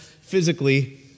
physically